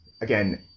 again